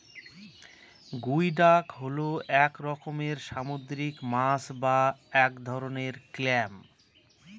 গুই ডাক হল এক রকমের সামুদ্রিক মাছ বা এক ধরনের ক্ল্যাম